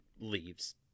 leaves